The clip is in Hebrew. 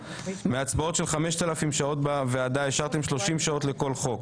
מהצבעות של 5,000 שעות בוועדה השארתם 30 שעות לכל חוק,